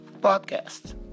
podcast